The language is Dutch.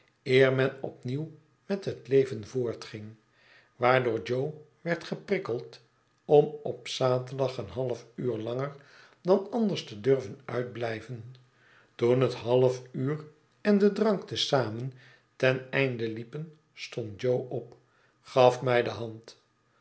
eer men opnieuw met het leven voortging waardoor jo werd geprikkeld om op zaterdag een half uur langer dan anders te durven uitblijven toen het half uur en de drank te zamen ten einde liepen stond jo op gaf mij de hand